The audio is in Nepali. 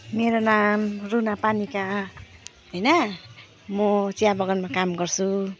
मेरो नाम रुना पानिका होइन म चिया बगानमा काम गर्छु